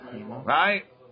Right